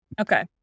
Okay